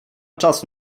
czasu